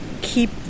keep